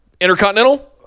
Intercontinental